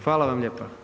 Hvala vam lijepa.